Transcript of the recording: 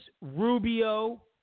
Rubio